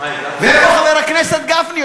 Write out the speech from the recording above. ואיפה חבר הכנסת גפני,